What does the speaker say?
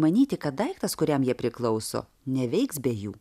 manyti kad daiktas kuriam jie priklauso neveiks be jų